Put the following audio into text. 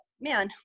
man